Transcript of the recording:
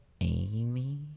Amy